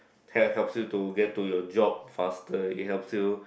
help helps you to get to your job faster it helps you